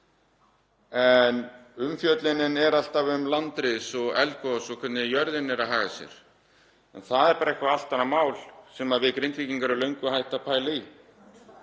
En umfjöllunin er alltaf um landris og eldgos og hvernig jörðin er að haga sér. Það er bara eitthvað allt annað mál sem við Grindvíkingar erum löngu hætt að pæla í.